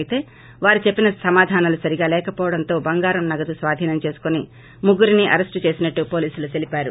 అయితే వారు చెప్పిన సమాదానాలు సరిగా లేకపోవడంతో బంగారం నగదు స్వాధీనం చేసుకుని ముగ్గురిని అరెస్టు చేసినట్టు పోలీసులు తెలిపారు